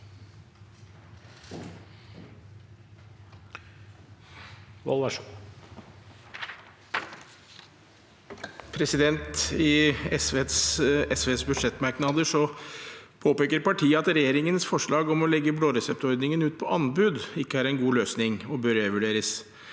I SVs budsjett- merknader påpeker partiet at regjeringens forslag om å legge blåreseptordningen ut på anbud ikke er en god løsning – og bør revurderes.